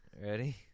ready